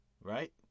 right